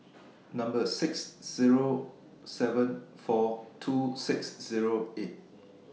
Number six Zero seven four two six Zero eight